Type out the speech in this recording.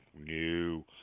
new